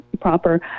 proper